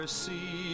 see